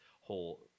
whole